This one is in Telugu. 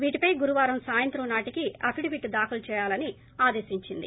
వీటిపై గురువారం సాయంత్రం నాటికి అఫిడవిట్ దాఖలు చేయాలని ఆదేశించింది